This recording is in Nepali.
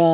र